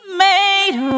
made